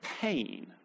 pain